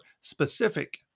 specific